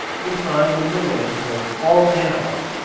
we find in the limbs of all animals,